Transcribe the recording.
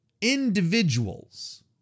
individuals